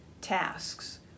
tasks